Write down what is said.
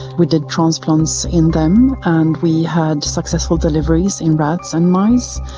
we did transplants in them and we had successful deliveries in rats and mice.